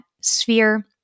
sphere